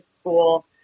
school